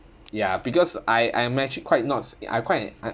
ya because I I'm actually quite nots I'm quite